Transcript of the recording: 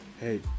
hey